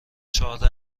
چهارده